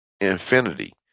infinity